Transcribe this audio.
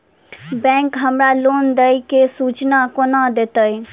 Bank हमरा loan देय केँ सूचना कोना देतय?